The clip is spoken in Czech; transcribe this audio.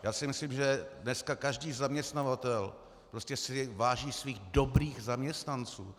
Já si myslím, že dnes každý zaměstnavatel prostě si váží svých dobrých zaměstnanců.